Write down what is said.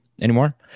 anymore